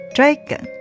Dragon